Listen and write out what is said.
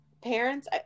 parents